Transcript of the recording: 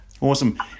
Awesome